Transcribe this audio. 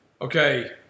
Okay